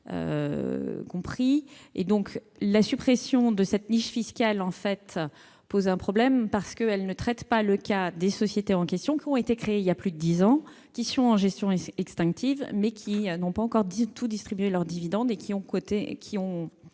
La suppression de cette niche fiscale pose un problème, car elle ne traite pas le cas des sociétés en question qui ont été créées voilà plus de dix ans, qui sont en gestion extinctive mais qui n'ont pas encore distribué tous leurs dividendes et ont